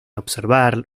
observar